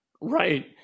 right